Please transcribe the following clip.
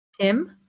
Tim